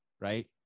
right